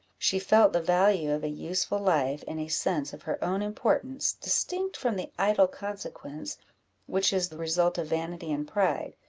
she felt the value of a useful life, and a sense of her own importance, distinct from the idle consequence which is the result of vanity and pride,